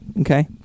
okay